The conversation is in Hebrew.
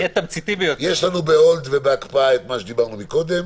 יש לנו בהקפאה את מה שדיברנו קודם.